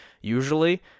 Usually